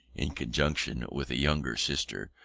in conjunction with a younger sister,